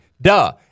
Duh